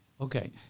Okay